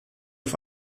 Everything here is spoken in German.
auf